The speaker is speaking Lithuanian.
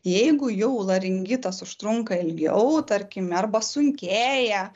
jeigu jau laringitas užtrunka ilgiau tarkime arba sunkėja